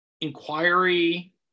inquiry